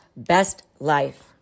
bestlife